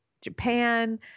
Japan